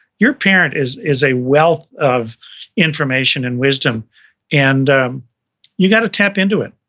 your parent is is a wealth of information and wisdom and you gotta tap into it.